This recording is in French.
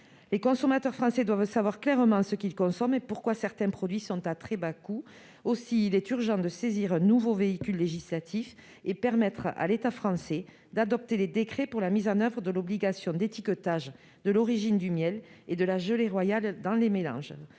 Les consommateurs français doivent savoir clairement ce qu'ils consomment et pourquoi certains produits sont à très bas coût. Aussi, il est urgent d'utiliser un nouveau véhicule législatif et de permettre à l'État français de publier les décrets qui mettront en oeuvre l'obligation d'étiquetage de l'origine du miel et de la gelée royale dans les mélanges.